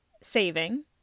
saving